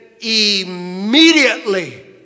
immediately